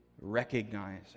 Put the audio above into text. recognize